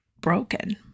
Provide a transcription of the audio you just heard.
broken